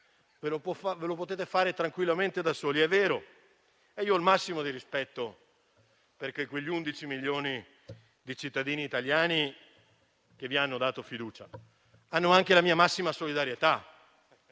lo potete fare tranquillamente da soli. È vero. Ho il massimo rispetto per quegli 11 milioni di cittadini italiani che vi hanno dato fiducia. Hanno anche la mia massima solidarietà,